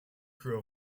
crew